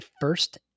first